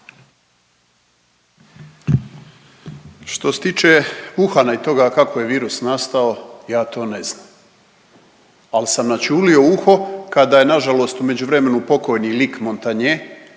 Što se tiče Wuhana i toga kako je virus nastao ja to ne znam, al sam naćulio uho kada je nažalost u međuvremenu pokojni Luc Montagnier,